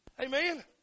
Amen